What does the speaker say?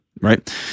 right